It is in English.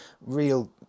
real